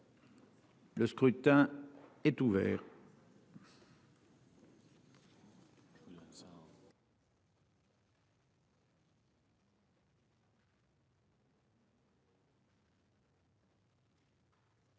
Le scrutin est ouvert.